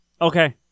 Okay